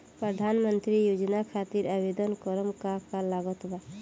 प्रधानमंत्री योजना खातिर आवेदन करम का का लागत बा?